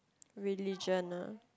religion ah